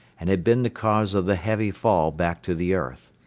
and had been the cause of the heavy fall back to the earth.